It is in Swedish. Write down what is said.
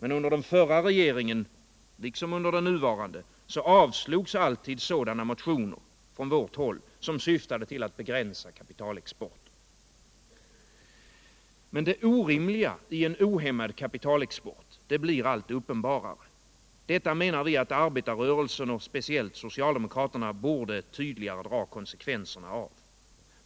Under den förra regeringen liksom under den nuvarande har alltid sådana motioner från vårt håll avslagits som syftat till att begränsa kapitalexporten. Men det orimliga i en ohämmad kapitalexport blir allt uppenbarare. Detta menar vi att arbetarrörelsen och speciellt socialdemokraterna borde tydligare dra konsekvenserna'ev.